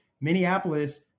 Minneapolis